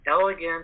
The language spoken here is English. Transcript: elegant